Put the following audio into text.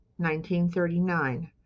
1939